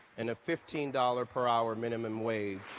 and fifteen dollars per hour minimum wage.